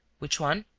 which one?